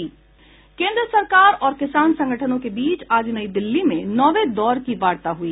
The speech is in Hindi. केंद्र सरकार और किसान संगठनों के बीच आज नई दिल्ली में नौवें दौर की वार्ता हुई